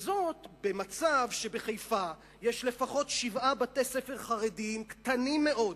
וזאת במצב שבחיפה יש לפחות שבעה בתי-ספר חרדיים קטנים מאוד,